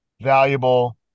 valuable